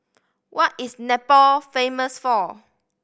what is Nepal famous for